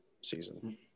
season